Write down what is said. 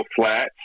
Flats